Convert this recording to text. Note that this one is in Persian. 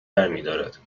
برمیدارد